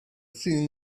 seen